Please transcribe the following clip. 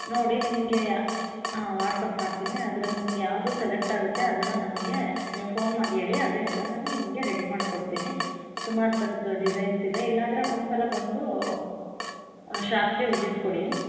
ನೋಡಿ ನಿಮಗೆ ಯಾ ಹಾಂ ವಾಟ್ಸಪ್ ಮಾಡ್ತೀನಿ ಅದ್ರಲ್ಲಿ ನಿಮ್ಗೆ ಯಾವುದು ಸೆಲೆಕ್ಟ್ ಆಗುತ್ತೆ ಅದನ್ನು ನನಗೆ ನೀವು ಫೋನ್ ಮಾಡಿ ಹೇಳಿ ಅದೇ ಥರ ನಾನು ನಿಮಗೆ ರೆಡಿ ಮಾಡಿ ಕೊಡ್ತೀನಿ ಸುಮಾರು ಥರದ್ದು ಡಿಸೈನ್ಸ್ ಇದೆ ಇಲ್ಲ ಅಂದರೆ ಒಂದು ಸಲ ಬಂದು ಶಾಪಿಗೆ ವಿಸಿಟ್ ಕೊಡಿ